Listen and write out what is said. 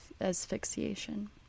asphyxiation